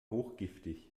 hochgiftig